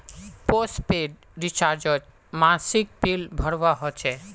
postpaid रिचार्जोत मासिक bill भरवा होचे